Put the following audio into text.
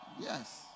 Yes